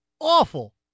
awful